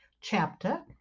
chapter